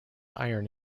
iron